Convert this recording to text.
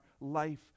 life